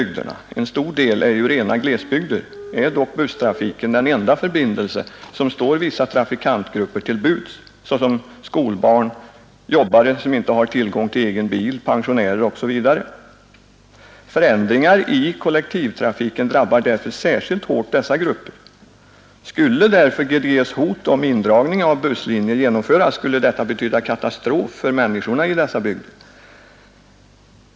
ifrågasatt nedbygderna — en stor del är ju rena glesbygder — är dock busstrafiken den läggning av busslinenda förbindelse som står vissa trafikantgrupper till buds: skolbarn, jer i Värmland jobbare som inte har tillgång till egen bil, pensionärer osv. Förändringar i kollektivtrafiken drabbar sålunda särskilt hårt dessa grupper. Skulle därför GDG:s hot om indragning av busslinjer genomföras skulle detta betyda katastrof för människorna i dessa bygder.